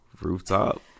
Rooftop